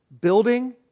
Building